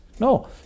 No